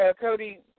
Cody